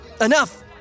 Enough